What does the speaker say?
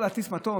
יוכל להטיס מטוס?